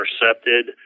intercepted